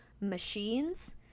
machines